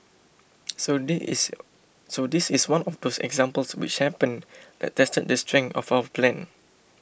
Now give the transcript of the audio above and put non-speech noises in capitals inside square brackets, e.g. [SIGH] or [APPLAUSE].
[NOISE] so this is so this is one of those examples which happen that tested the strength of our plan